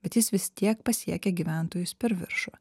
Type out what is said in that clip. bet jis vis tiek pasiekia gyventojus per viršų